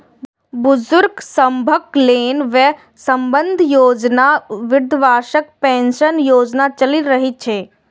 बुजुर्ग सभक लेल वय बंधन योजना, वृद्धावस्था पेंशन योजना चलि रहल छै